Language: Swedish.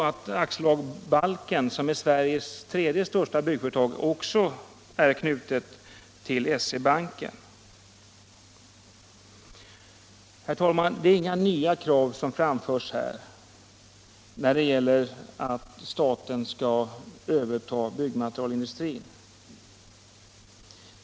AB Balken, som är Sveriges till storleken fjärde byggföretag, är också knutet till SE-banken. Herr talman! Det är inga nya krav som framförs när det gäller att staten skall överta byggmaterialindustrin.